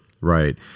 Right